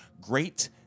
Great